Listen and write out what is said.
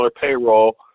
payroll